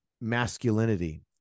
masculinity